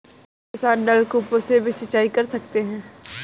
क्या किसान नल कूपों से भी सिंचाई कर सकते हैं?